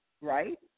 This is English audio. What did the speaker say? right